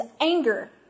anger